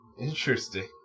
Interesting